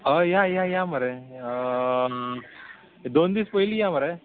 हय या या या मरे दोन दीस पयली या मरे